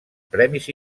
premis